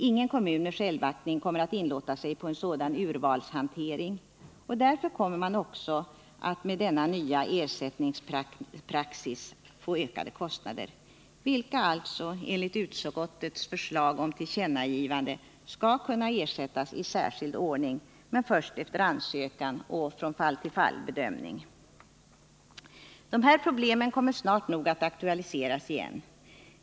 Ingen kommun med självaktning kommer att inlåta sig på en sådan urvalshantering, och därför kommer man också med denna nya ersättningspraxis att få ökade kostnader, vilka alltså enligt utskottets förslag om tillkännagivande skall kunna ersättas i särskild ordning — men först efter ansökan och bedömning från fall till fall. De här problemen kommer snart nog att aktualiseras igen.